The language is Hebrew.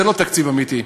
זה לא תקציב אמיתי.